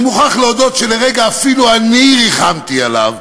אני מוכרח להודות שלרגע אפילו אני ריחמתי עליו,